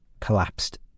collapsed